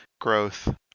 growth